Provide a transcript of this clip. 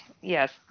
Yes